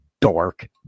dork